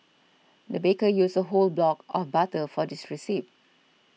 the baker used a whole block of butter for this recipe